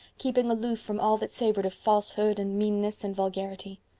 keeping aloof from all that savored of falsehood and meanness and vulgarity.